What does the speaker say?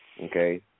okay